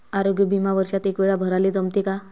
आरोग्य बिमा वर्षात एकवेळा भराले जमते का?